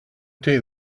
take